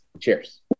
Cheers